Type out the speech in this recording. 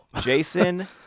Jason